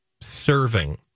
serving